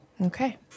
Okay